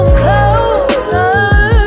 closer